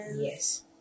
Yes